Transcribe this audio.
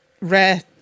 rare